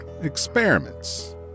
experiments